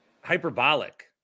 hyperbolic